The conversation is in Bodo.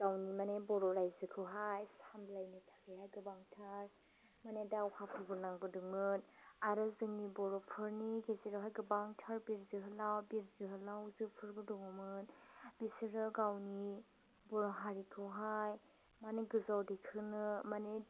माने बर' रायजोखौहाय सामलायनो थाखाय हाय गोबांथार माने दावहाफोरबो नांबोदोंमोन आरो जोंनि बर'फोरनि गेजेराव हाय गोबांथार बिर जोहोलाव बिर जोहोलावजोफोरबो दंमोन बिसोरो गावनि बर' हारिखौ हाय माने गोजौआव दिखोनो माने